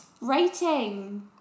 writing